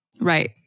right